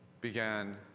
began